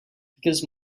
because